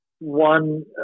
one